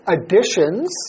Additions